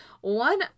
one